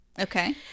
Okay